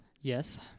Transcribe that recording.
Yes